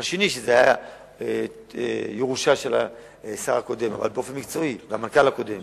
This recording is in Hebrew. השני זה היה ירושה של השר הקודם והמנכ"ל הקודם